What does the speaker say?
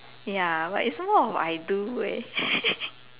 ya but it's more of I do leh